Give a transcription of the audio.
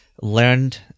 learned